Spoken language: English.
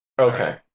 Okay